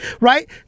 Right